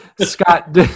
Scott